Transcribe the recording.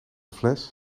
fles